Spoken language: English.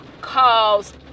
cause